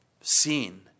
seen